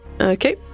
okay